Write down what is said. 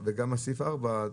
גם סעיף 4,